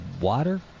water